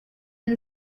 and